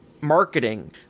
marketing